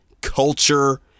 culture